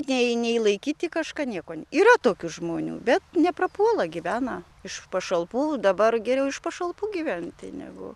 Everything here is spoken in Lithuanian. nei nei laikyti kažką nieko yra tokių žmonių bet neprapuola gyvena iš pašalpų dabar geriau iš pašalpų gyventi negu